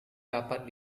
rapat